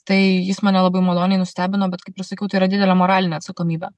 tai jis mane labai maloniai nustebino bet kaip ir sakiau tai yra didelė moralinė atsakomybė